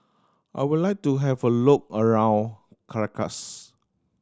I would like to have a look around Caracas